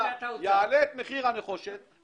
עליית מחירי המלט תשפיע על מחירי הדיור.